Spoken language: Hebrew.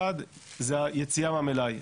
אחד, זה היציאה מהמלאי.